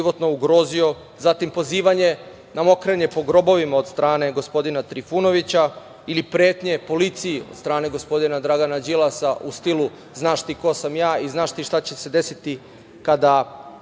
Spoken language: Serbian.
Zatim, pozivanje na mokrenje po grobovima od strane gospodina Trifunovića ili pretnje policiji od strane gospodina Dragana Đilasa u stilu – znaš ti ko sam ja i znaš ti šta će se desiti kada